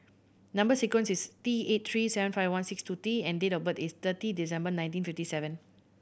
number sequence is T eight three seven five one six two T and date of birth is thirty December nineteen fifty seven